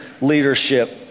leadership